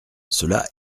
cela